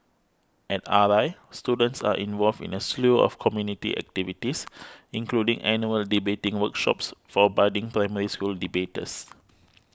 at R I students are involved in a slew of community activities including annual debating workshops for budding Primary School debaters